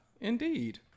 indeed